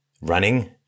running